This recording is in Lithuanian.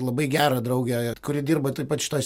labai gerą draugę kuri dirba taip pat šitoj